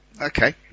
okay